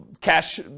cash